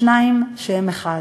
שניים שהם אחד,